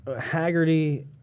Haggerty